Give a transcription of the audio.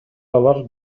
алар